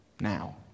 now